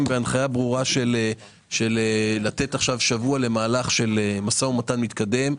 בהנחיה ברורה של לתת שבוע למשא ומתן מתקדם.